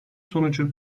sonucu